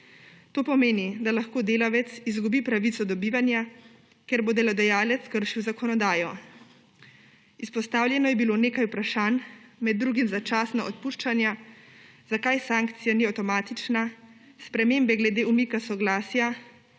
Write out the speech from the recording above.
To pomeni, da lahko delavec izgubi pravico do bivanja, ker bo delodajalec kršil zakonodajo. Izpostavljenih je bilo nekaj vprašanj, med drugim začasna odpuščanja, zakaj sankcija ni avtomatična, spremembe glede umika soglasja,